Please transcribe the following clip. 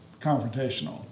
confrontational